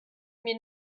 mir